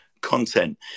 content